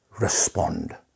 respond